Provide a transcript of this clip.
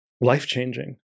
life-changing